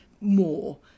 more